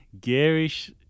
garish